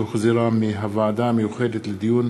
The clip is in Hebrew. שהוחזרה מהוועדה המיוחדת לדיון